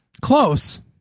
Close